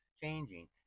changing